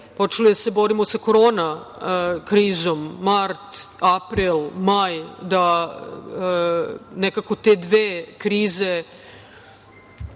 počeli da se borimo sa Korona krizom, mart, april, maj, da nekako te dve krize,